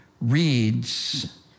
reads